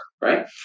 Right